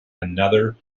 another